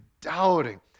doubting